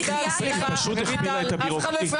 רויטל, סליחה, אף אחד לא הפריע לך.